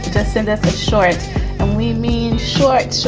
just send us a short and we mean short, so